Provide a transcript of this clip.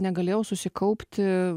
negalėjau susikaupti